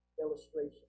illustration